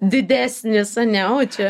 didesnis ane o čia